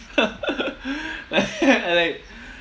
like I like